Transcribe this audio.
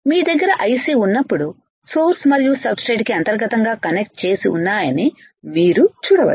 మీ దగ్గర ICఉన్నప్పుడు సోర్స్ మరియు సబ్ స్ట్రేట్ కి అంతర్గతంగా కనెక్ట్ చేసి ఉన్నాయని మీరు చూడవచ్చు